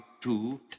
two